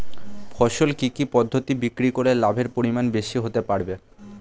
ফসল কি কি পদ্ধতি বিক্রি করে লাভের পরিমাণ বেশি হতে পারবে?